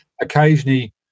Occasionally